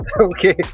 okay